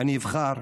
אני אבחר